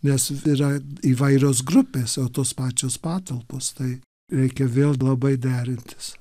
nes yra įvairios grupės o tos pačios patalpos tai reikia vėl labai derintis